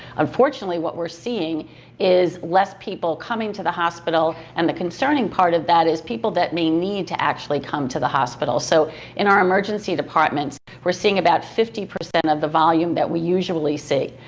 unfortunately what we're seeing is less people coming to the hospital and the concerning part of that is people that may need to actually come to the hospital, so in our emergency departments we're seeing about fifty percent of the volume that we usually see.